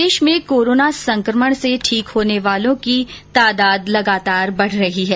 प्रदेश में कोरोना संकमण से ठीक होने वाले लोगों की तादाद लगातार बढ़ रही है